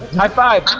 high five!